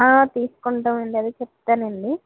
తీసుకుంటామండి అదే చెప్తానండి